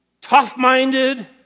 Tough-minded